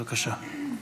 בבקשה.